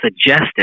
suggested